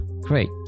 great